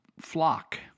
flock